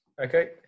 Okay